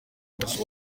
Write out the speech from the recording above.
gusa